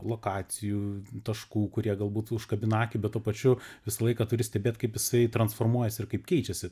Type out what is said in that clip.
lokacijų taškų kurie galbūt užkabina akį bet tuo pačiu visą laiką turi stebėt kaip jisai transformuojasi ir kaip keičiasi